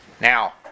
Now